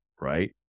right